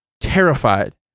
terrified